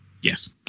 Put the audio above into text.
Yes